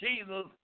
Jesus